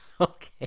Okay